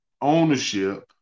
ownership